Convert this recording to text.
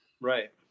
Right